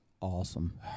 awesome